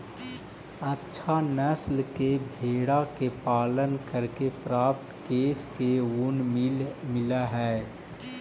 अच्छा नस्ल के भेडा के पालन करके प्राप्त केश से ऊन मिलऽ हई